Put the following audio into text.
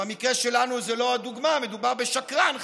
שבמקרה שלנו זה לא הדוגמה, מדובר בשקרן חזק.